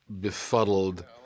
befuddled